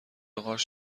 قارچ